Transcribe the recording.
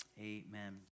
Amen